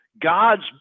god's